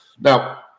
Now